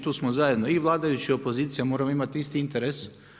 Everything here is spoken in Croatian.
Tu smo zajedno i vladajući i opozicija moramo imati isti interes.